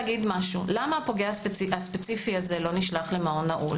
למה הפוגע הספציפי הזה לא נשלח למעון נעול